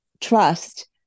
trust